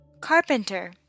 Carpenter